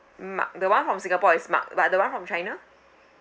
mark the [one] from singapore is mark but the [one] from china